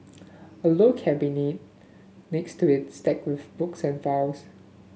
a low cabinet next to it's stacked with books and files